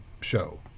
show